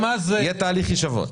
יהיה תהליך הישבון.